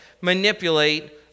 manipulate